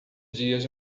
dias